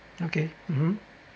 okay mmhmm